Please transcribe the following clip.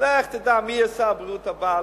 לך תדע מי יהיה שר הבריאות הבא,